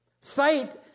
Sight